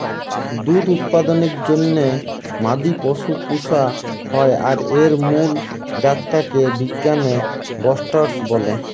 দুধ উৎপাদনের জন্যে মাদি পশু পুশা হয় আর এর মুল জাত টা কে বিজ্ঞানে বস্টরস বলে